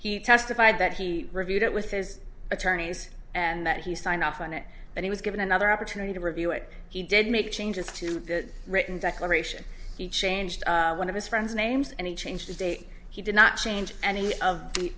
he testified that he reviewed it with his attorneys and that he signed off on it but he was given another opportunity to review it he did make changes to the written declaration he changed one of his friends names and he changed the date he did not change any of the